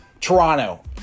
Toronto